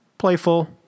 Playful